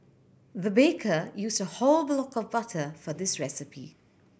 the baker used a whole block of butter for this recipe